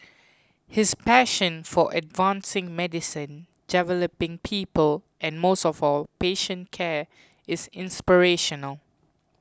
his passion for advancing medicine developing people and most of all patient care is inspirational